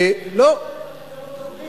ירושה מהנציב הבריטי.